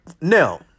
Now